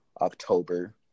October